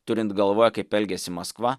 turint galvoje kaip elgiasi maskva